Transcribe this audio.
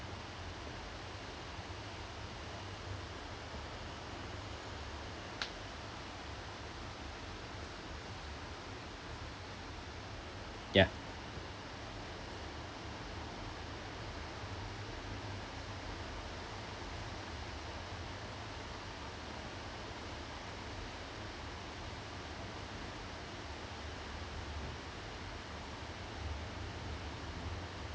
ya